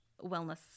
wellness